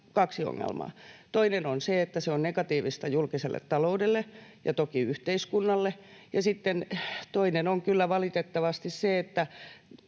kaksi ongelmaa: toinen on se, että se on negatiivista julkiselle taloudelle ja toki yhteiskunnalle, ja sitten toinen on kyllä valitettavasti se, että